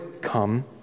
come